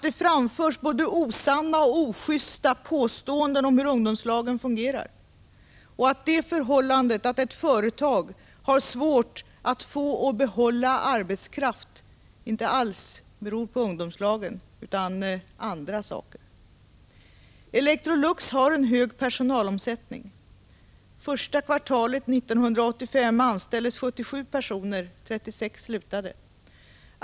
Det framförs både osanna och ojusta påståenden om hur ungdomslagen fungerar. Det förhållandet att ett företag har svårt att få och behålla arbetskraft beror inte alls på ungdomslagen utan på andra saker. Electrolux har en hög personalomsättning. Första kvartalet 1985 anställdes 77 personer, och 36 slutade.